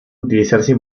utilizarse